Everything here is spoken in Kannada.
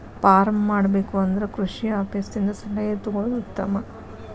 ಪಾರ್ಮ್ ಮಾಡಬೇಕು ಅಂದ್ರ ಕೃಷಿ ಆಪೇಸ್ ದಿಂದ ಸಲಹೆ ತೊಗೊಳುದು ಉತ್ತಮ